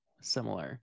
similar